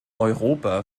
europa